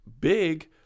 big